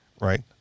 right